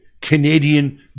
Canadian